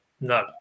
No